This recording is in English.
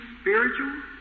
spiritual